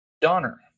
Donner